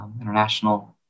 International